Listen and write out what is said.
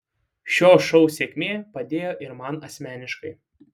šio šou sėkmė padėjo ir man asmeniškai